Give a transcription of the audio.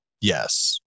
Yes